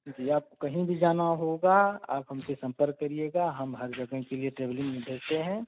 जी आप कहीं भी जाना होगा आप हम से संपर्क करिएगा हम हर जगह के लिए ट्रैवलिंग देते हैं